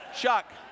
Chuck